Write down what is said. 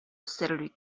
steadily